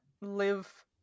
live